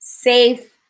safe